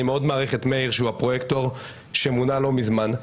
אני מאוד מעריך את מאיר שהוא הפרויקטור שמונה לא מזמן,